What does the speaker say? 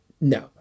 no